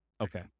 Okay